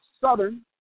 Southern